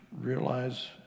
realize